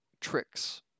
tricks